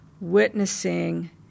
witnessing